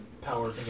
power